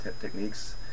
techniques